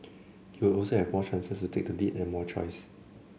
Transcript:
he would also have more chances to take the lead and more choices